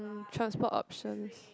transport options